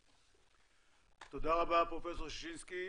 תודה רבה, פרופ' ששינסקי.